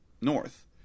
north